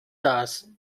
das